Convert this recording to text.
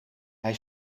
hij